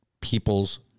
people's